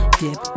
dip